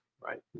right